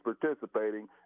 participating